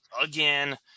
again